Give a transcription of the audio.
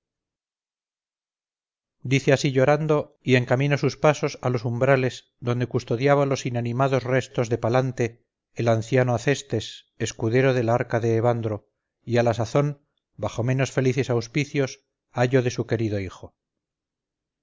dice así llorando y encamina sus pasos a los umbrales donde custodiaba los inanimados restos de palante el anciano acestes escudero del árcade evandro y a la sazón bajo menos felices auspicios ayo de su querido hijo